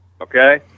Okay